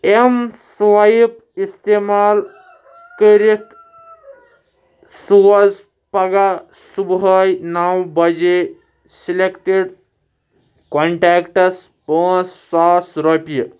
M swipe استعمال کٔرِتھ سوز پگہہ صبحٲے نَو بَجے سلیٚکٹِڈ کونٹیٚکٹَس پانژھ ساس رۄپیہِ